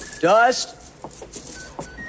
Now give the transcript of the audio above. Dust